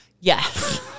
Yes